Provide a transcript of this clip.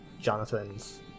Jonathan's